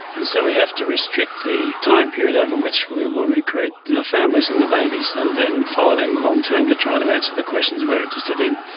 and so we have to restrict the time period over which we will recruit the families and the babies and then follow them long-term to try to answer the questions we are interested in.